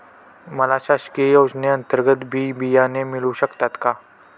मला शासकीय योजने अंतर्गत बी बियाणे मिळू शकतात का?